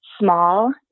small